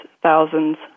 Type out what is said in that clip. thousands